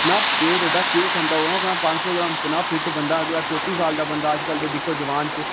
इन्ना बेट लेई केह् खंदा पंज सौ ग्राम इन्ना फिट बंदा चौत्ती साल दा बंदा अजकल दे दिक्खो जबान च